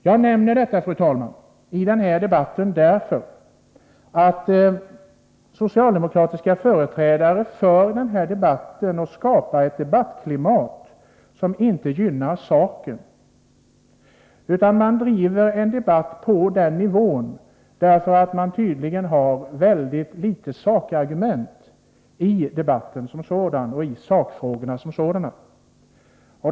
Jag nämner detta, fru talman, i den här debatten därför att socialdemokratiska företrädare har skapat ett debattklimat som inte gynnar saken. Man har tydligen väldigt få sakargument att anföra i debatten.